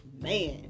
man